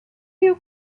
you